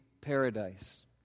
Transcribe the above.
paradise